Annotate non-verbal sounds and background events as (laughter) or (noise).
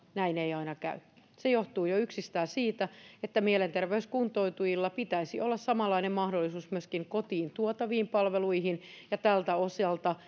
näin aina käy se johtuu jo yksistään siitä että mielenterveyskuntoutujilla pitäisi olla samanlainen mahdollisuus myöskin kotiin tuotaviin palveluihin ja tältä osalta (unintelligible)